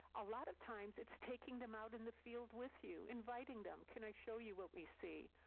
a lot of times it's taking them out in the field with you, inviting them. can i show you what we see?